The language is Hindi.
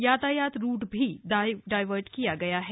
यातायात रूट भी डायवर्ट किया गया है